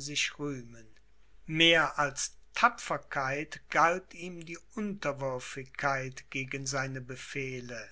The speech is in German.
sich rühmen mehr als tapferkeit galt ihm die unterwürfigkeit gegen seine befehle